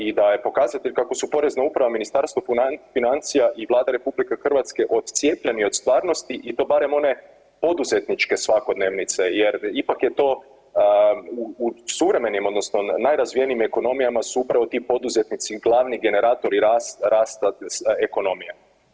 I da je pokazatelj kako su Porezna uprava i Ministarstvo financija i Vlada RH odcijepljeni od stvarnosti i to barem one poduzetničke svakodnevnice jer ipak je to u suvremenim odnosno najrazvijenijim ekonomijama su upravo ti poduzetnici glavni generatori rasta ekonomije.